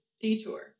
detour